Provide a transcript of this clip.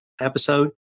episode